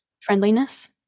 friendliness